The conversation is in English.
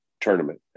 tournament